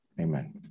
Amen